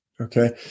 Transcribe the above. okay